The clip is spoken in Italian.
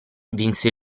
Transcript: vinse